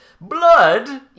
Blood